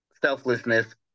selflessness